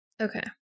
okay